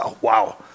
Wow